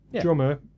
drummer